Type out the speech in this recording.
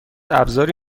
ابزاری